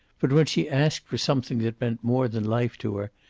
but when she asked for something that meant more than life to her,